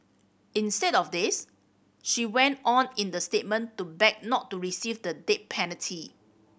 instead of this she went on in the statement to beg not to receive the death penalty